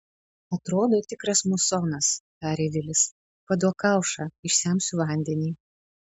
atrodo tikras musonas tarė vilis paduok kaušą išsemsiu vandenį